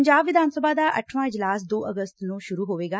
ਪੰਜਾਬ ਵਿਧਾਨਸਭਾ ਦਾ ਅੱਠਵਾਂ ਇਜਲਾਸ ਦੋ ਅਗਸਤ ਨੂੰ ਸ਼ੁਰੁ ਹੋਵੇਗਾ